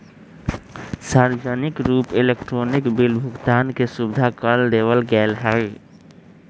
सार्वजनिक रूप से इलेक्ट्रॉनिक बिल भुगतान के सुविधा कर देवल गैले है